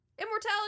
immortality